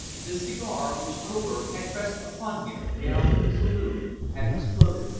the cigar which oberg had pressed upon him down in the saloon had exploded,